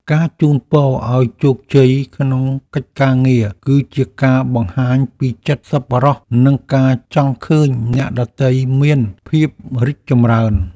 ការជូនពរឱ្យជោគជ័យក្នុងកិច្ចការងារគឺជាការបង្ហាញពីចិត្តសប្បុរសនិងការចង់ឃើញអ្នកដទៃមានភាពរីកចម្រើន។